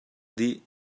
dih